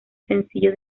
sencillo